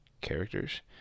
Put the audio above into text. characters